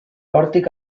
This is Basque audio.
hortik